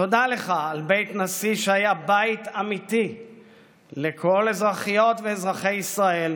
תודה לך על בית נשיא שהיה בית אמיתי לכל אזרחיות ואזרחי ישראל,